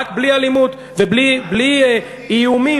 רק בלי אלימות ובלי איומים,